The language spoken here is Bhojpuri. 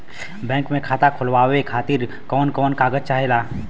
बैंक मे खाता खोलवावे खातिर कवन कवन कागज चाहेला?